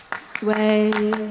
Sway